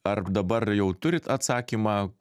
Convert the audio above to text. ar dabar jau turit atsakymą